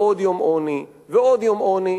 עוד יום עוני ועוד יום עוני,